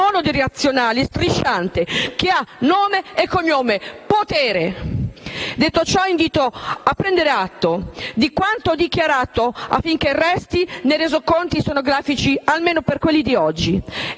monodirezionale strisciante, che ha nome e cognome: potere. Detto ciò, invito a prendere atto di quanto ho dichiarato, affinché resti nei resoconti stenografici, almeno per quelli di oggi.